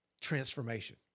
Transformation